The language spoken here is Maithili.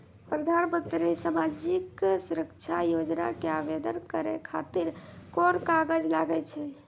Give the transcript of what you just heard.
प्रधानमंत्री समाजिक सुरक्षा योजना के आवेदन करै खातिर कोन कागज लागै छै?